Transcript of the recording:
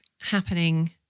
happening